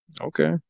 Okay